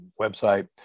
website